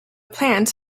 plant